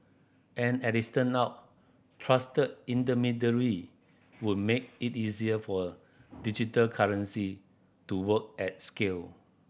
and as it turn out trusted intermediary would make it easier for digital currency to work at scale